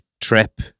trip